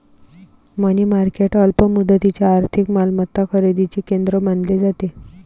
मनी market अल्प मुदतीच्या आर्थिक मालमत्ता खरेदीचे केंद्र मानले जाते